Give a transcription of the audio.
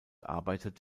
arbeitet